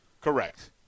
Correct